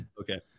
Okay